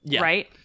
right